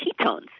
ketones